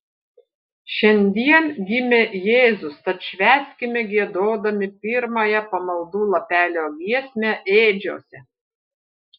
šiandien gimė jėzus tad švęskime giedodami pirmąją pamaldų lapelio giesmę ėdžiose